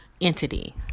entity